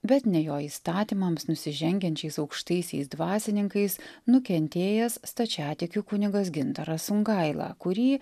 bet ne jo įstatymams nusižengiančiais aukštaisiais dvasininkais nukentėjęs stačiatikių kunigas gintaras songaila kurį